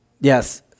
Yes